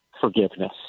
forgiveness